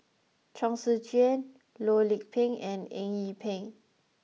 Chong Tze Chien Loh Lik Peng and Eng Yee Peng